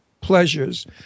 Pleasures